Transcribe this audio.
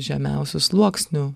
žemiausių sluoksnių